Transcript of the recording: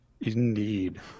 Indeed